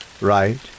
Right